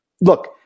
look